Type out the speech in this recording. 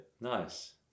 Nice